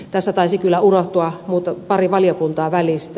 tässä taisi kyllä unohtua pari valiokuntaa välistä